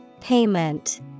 Payment